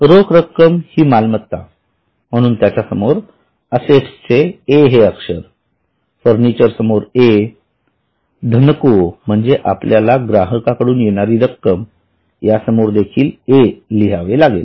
रोख रक्कम हि मालमत्ता म्हणून त्यासमोर असेट्स चे A फर्निचर समोर A धनको म्हणजे आपल्याला ग्राहकांकडून येणारी रक्कम या समोर देखील A लिहावे लागेल